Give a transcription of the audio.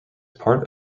part